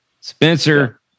Spencer